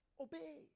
Obey